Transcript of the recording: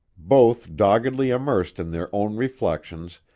both doggedly immersed in their own reflections,